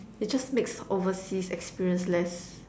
it just makes overseas experience less